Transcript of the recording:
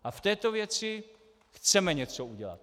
A v této věci chceme něco udělat.